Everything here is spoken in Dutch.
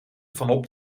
vanop